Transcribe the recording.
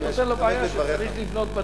התכוונתי יותר לבעיה שהוא צריך לבנות בתים.